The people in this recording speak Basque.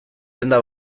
denda